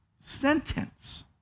sentence